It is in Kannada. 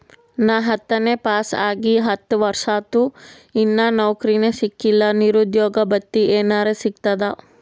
ನಾ ಹತ್ತನೇ ಪಾಸ್ ಆಗಿ ಹತ್ತ ವರ್ಸಾತು, ಇನ್ನಾ ನೌಕ್ರಿನೆ ಸಿಕಿಲ್ಲ, ನಿರುದ್ಯೋಗ ಭತ್ತಿ ಎನೆರೆ ಸಿಗ್ತದಾ?